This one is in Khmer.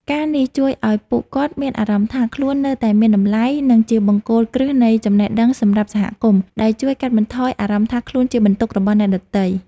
ការណ៍នេះជួយឱ្យពួកគាត់មានអារម្មណ៍ថា ខ្លួននៅតែមានតម្លៃ និងជាបង្គោលគ្រឹះនៃចំណេះដឹងសម្រាប់សហគមន៍ ដែលជួយកាត់បន្ថយអារម្មណ៍ថាខ្លួនជាបន្ទុករបស់អ្នកដទៃ។